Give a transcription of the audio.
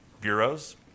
bureaus